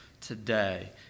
today